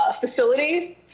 facilities